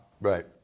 Right